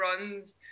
runs